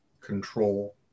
control